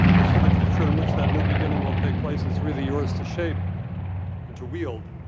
as for the future in which that new beginning will take place, it's really yours to shape and to wield.